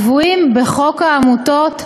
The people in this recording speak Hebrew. הקבועים בחוק העמותות,